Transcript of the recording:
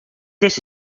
dizze